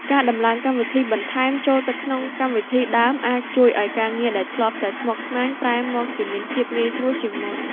ការដំឡើងកម្មវិធីបន្ថែមចូលទៅក្នុងកម្មវិធីដើមអាចជួយឱ្យការងារដែលធ្លាប់តែស្មុគស្មាញប្រែមកជាមានភាពងាយស្រួលជាងមុន។